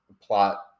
plot